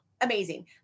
Amazing